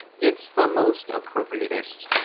it's the most appropriatest.